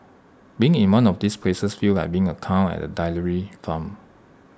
being in one of these places feels like being A cow at A dairy farm